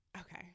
okay